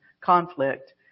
conflict